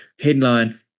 headline